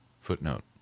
Footnote